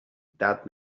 that